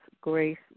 grace